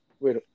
Wait